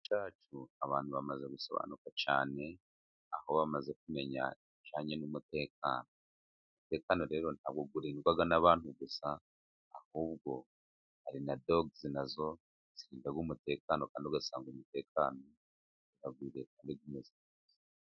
Abantu bamaze gusobanuka cyane, aho bamaze kumenya ibijyanye n'umutekano, umutekano rero ntabwo urirwa n'abantu gusa, ahubwo hari na dogizi nazo zirinda umutekano. Kandi ugasanga umutekano uragwiriye kandi umeze neza.